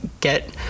get –